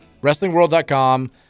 WrestlingWorld.com